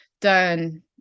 done